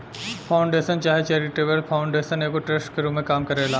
foundation चाहे charitable foundation एगो trust के रूप में काम करेला